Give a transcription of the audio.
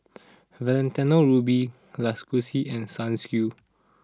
Valentino Rudy Lacoste and Sunsilk